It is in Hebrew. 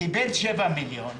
וקיבל 7 מיליון שקל.